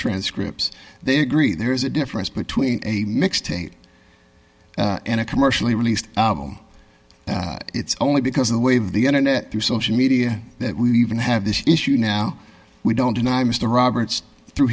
transcript they agree there is a difference between a mixtape in a commercially released album it's only because of the way of the internet through social media that we even have this issue now we don't deny mr roberts through